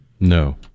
No